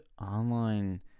online